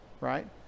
right